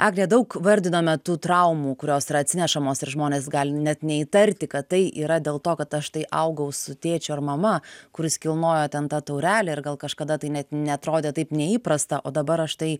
agnė daug vardinome tų traumų kurios yra atsinešamos ir žmonės gali net neįtarti kad tai yra dėl to kad aš tai augau su tėčiu ar mama kurs kilnojo ten tą taurelę ir gal kažkada tai net neatrodė taip neįprasta o dabar aš štai